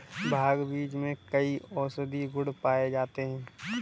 भांग बीज में कई औषधीय गुण पाए जाते हैं